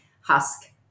Husk